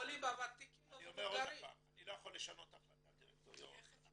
אני לא יכול לשנות החלטת דירקטוריון.